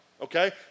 Okay